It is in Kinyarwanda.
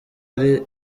ari